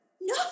no